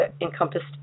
encompassed